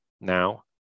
now